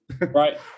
Right